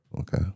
Okay